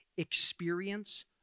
experience